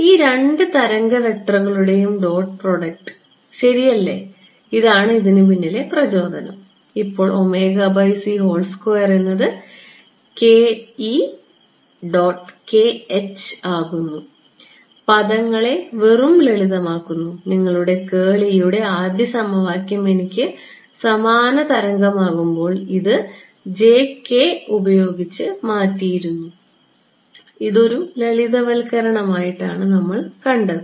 ഈ രണ്ട് തരംഗ വെക്റ്ററുകളുടെയും ഡോട്ട് പ്രോഡക്റ്റ് ശരിയല്ലേ ഇതാണ് ഇതിന് പിന്നിലെ പ്രചോദനം ഇപ്പോൾ എന്നത് ആകുന്നു പദങ്ങളെ വെറും ലളിതമാക്കുന്നു നിങ്ങളുടെ യുടെ ആദ്യ സമവാക്യം എനിക്ക് സമാന തരംഗമാകുമ്പോൾ ഇത് ഉപയോഗിച്ച് മാറ്റിയിരുന്നു ഇത് ഒരു ലളിതവൽക്കരണമായി നമ്മൾ കണ്ടു